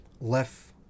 left